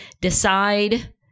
Decide